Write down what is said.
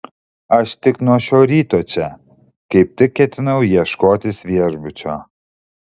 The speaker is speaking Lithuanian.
aš tik nuo šio ryto čia kaip tik ketinau ieškotis viešbučio